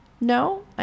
No